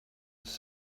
was